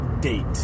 date